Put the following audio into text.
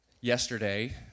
yesterday